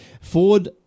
Ford